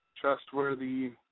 trustworthy